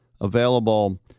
available